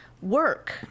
work